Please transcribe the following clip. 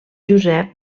josep